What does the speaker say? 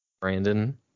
Brandon